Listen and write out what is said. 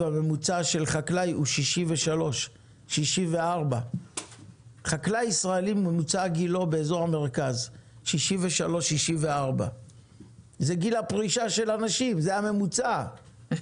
הממוצע של חקלאי הוא 63. זה גיל פרישה של אנשים בכלל האוכלוסייה.